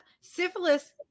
syphilis